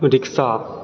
rickshaw